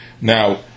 Now